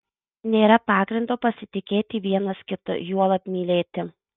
nėra pagrindo pasitikėti vienas kitu juolab mylėti